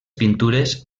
pintures